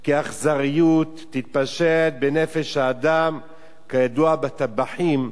כי אכזריות תתפשט בנפש האדם כידוע בטבחים,